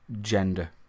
gender